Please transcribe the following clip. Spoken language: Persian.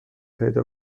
پیدا